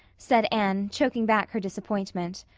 said anne, choking back her disappointment.